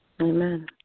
Amen